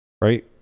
Right